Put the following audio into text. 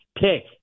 pick